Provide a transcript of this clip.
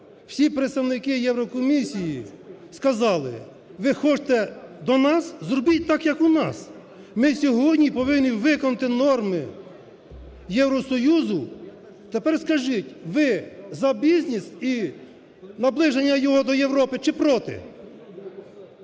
Всі представники Єврокомісії сказали: ви хочете до нас, зробіть так, як у нас. Ми сьогодні повинні виконати норми Євросоюзу. Тепер скажіть, ви за бізнес і наближення його до Європи чи проти?